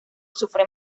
sufre